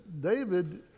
David